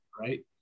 right